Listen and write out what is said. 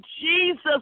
Jesus